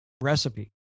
recipe